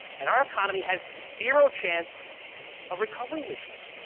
and our economy has zero chance of recovering this year.